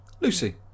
Lucy